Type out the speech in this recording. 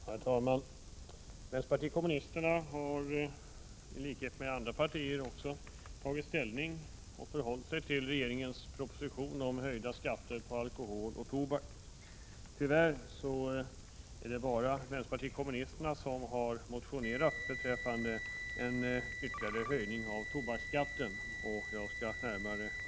Herr talman! Vänsterpartiet kommunisterna har liksom andra partier tagit ställning till propositionen om höjda skatter på alkohol och tobak. Tyvärr är det bara vänsterpartiet kommunisterna som har motionerat om en ytterligare höjning av tobaksskatten.